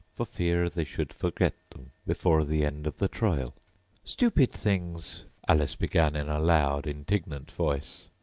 for fear they should forget them before the end of the trial stupid things alice began in a loud, indignant voice,